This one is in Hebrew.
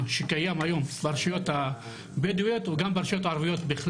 שקיים היום ברשויות הבדואיות והערביות.